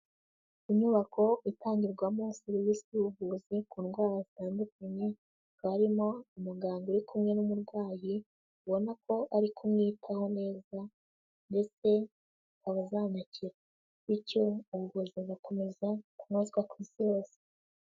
Inyubako itangirwamo serivisi y'ubuvuzi ku ndwara zitandukanye, barimo umuganga uri kumwe n'umurwayi, ubona ko ari kumwitaho neza, ndetse kaba azanakira, bityo ubuvuzi bugakomeza kunozwa ku isi hose.